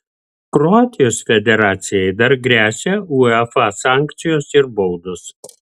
kroatijos federacijai dar gresia uefa sankcijos ir baudos